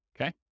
okay